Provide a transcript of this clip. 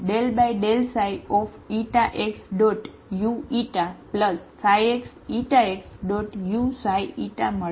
એ જ રીતે તમને ξxxu ξxxuξη મળે છે